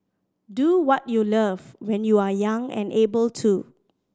do what you love when you are young and able to